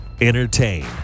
Entertain